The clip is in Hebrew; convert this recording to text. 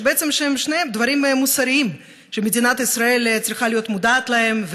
שבעצם שניהם דברים מוסריים שמדינת ישראל צריכה להיות מודעת להם.